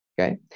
Okay